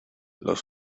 los